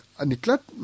aniklat